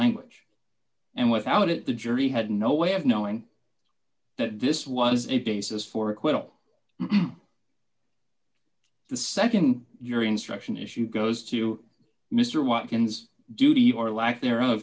language and without it the jury had no way of knowing that this was a basis for acquittal the nd your instruction issue goes to mr watkins duty or lack there